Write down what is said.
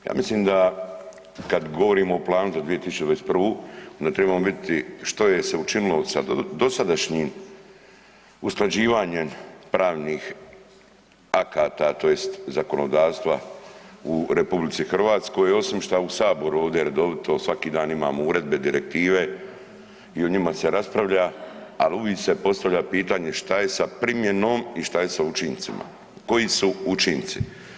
Ja mislim da kad govorimo o planu za 2021. onda trebamo vidjeti što je se učinilo sa dosadašnjem usklađivanjem pravnih akata tj. zakonodavstva u RH osim šta u saboru ovdje redovito svaki dan imamo uredbe i direktive i o njima se raspravlja, al uvik se postavlja pitanje šta je sa primjenom i šta je sa učincima, koji su učinci?